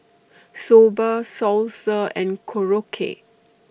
Soba Salsa and Korokke